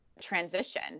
transition